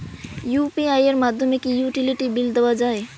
UPI এর মাধ্যমে কি ইউটিলিটি বিল দেওয়া যায়?